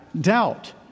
doubt